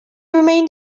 remained